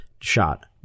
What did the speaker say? shot